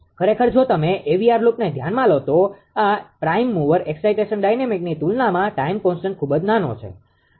ખરેખર જો તમે AVR લૂપને ધ્યાનમાં લો તો આ પ્રાઈમ મુવર એક્સાઈટેશન ડાયનેમિકસની તુલનામાં ટાઇમ કોન્સ્ટન્ટ ખૂબ જ નાનો છે